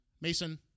Mason